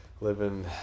living